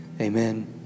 Amen